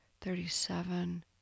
thirty-seven